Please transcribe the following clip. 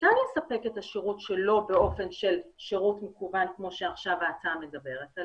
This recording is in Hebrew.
ניתן לספק את השירות שלא באופן של שירות מקוון כמו שעכשיו אומרת ההצעה,